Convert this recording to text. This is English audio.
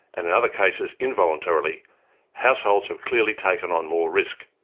and in other cases involuntarily households have clearly taken on more risk.